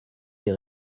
des